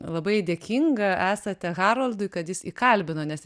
labai dėkinga esate haroldui kad jis įkalbino nes